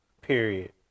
Period